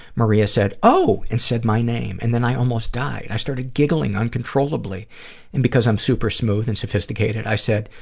maria said, oh, and said my name, and then i almost died. i started giggling uncontrollably, and because i'm super smooth and sophisticated, i said,